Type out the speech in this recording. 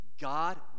God